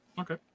Okay